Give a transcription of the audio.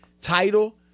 title